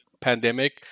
pandemic